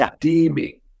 deeming